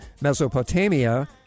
Mesopotamia